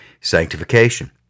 sanctification